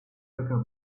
talking